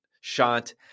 shot